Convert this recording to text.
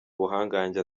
ubuhangange